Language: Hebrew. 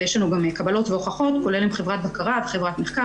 ויש לנו גם קבלות והוכחות כולל עם חברת בקרה וחברת מחקר,